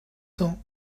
ans